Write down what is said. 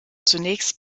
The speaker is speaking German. zunächst